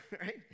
right